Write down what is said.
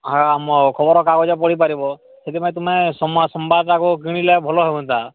ଆମର ଖବର କାଗଜ ପଢ଼ିପାରିବ ସେଥିପାଇଁ ତୁମେ ସମା ସମ୍ବାଦଟାକୁ କିଣିଲେ ଭଲ ହୁଅନ୍ତା